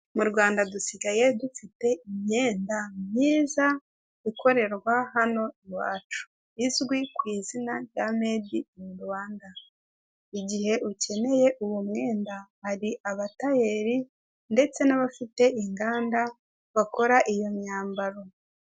Mu Rwanda dusigaye dufite imyenda myiza ikorerwa hano iwacu, izwi ku izina rya medi ini Rwanda igihe ukeneye uwo mwenda ari abatayeri ndetse n'abafite inganda bakora iyo myambaro.